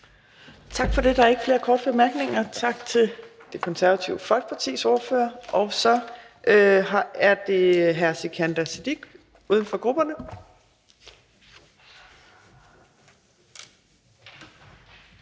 Torp): Der er ikke flere korte bemærkninger. Tak til Det Konservative Folkepartis ordfører. Og så er det hr. Sikandar Siddique, uden for grupperne.